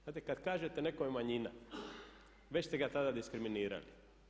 Znate kada kažete nekome manjina, već ste ga tada diskriminirali.